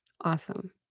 Awesome